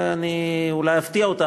אני אולי אפתיע אותך,